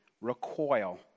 recoil